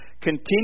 continue